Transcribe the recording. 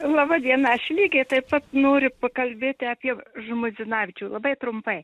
laba diena aš lygiai taip pat noriu pakalbėti apie žmuidzinavičių labai trumpai